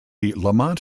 lamont